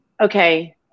okay